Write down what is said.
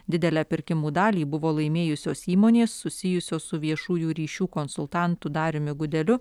didelę pirkimų dalį buvo laimėjusios įmonės susijusios su viešųjų ryšių konsultantu dariumi gudeliu